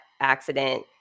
accident